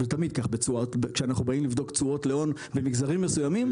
זה תמיד כך כשאנחנו באים לבדוק תשואות להון במגזרים מסוימים.